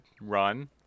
run